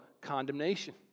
condemnation